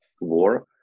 war